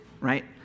Right